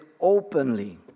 openly